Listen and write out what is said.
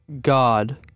God